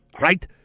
right